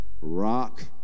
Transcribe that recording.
Rock